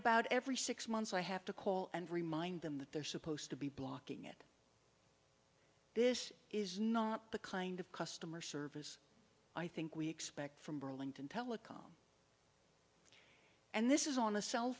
about every six months i have to call and remind them that they're supposed to be blocking it this is not the kind of customer service i think we expect from burlington telecom and this is on a cell